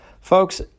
Folks